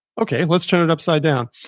okay, let's turn it upside down.